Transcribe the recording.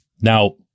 Now